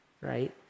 right